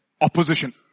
opposition